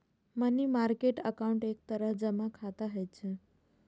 money market account एक तरह जमा खाता होइ छै